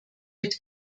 mit